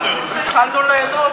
התחלנו ליהנות.